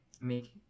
make